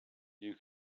you